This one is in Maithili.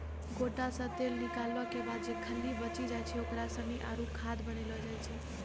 गोटा से तेल निकालो के बाद जे खल्ली बची जाय छै ओकरा सानी आरु खाद बनैलो जाय छै